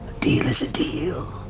deal is a deal.